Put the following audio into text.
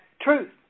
truth